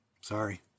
Sorry